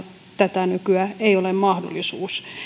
tätä nykyä ei ole mahdollisuutta